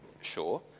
Sure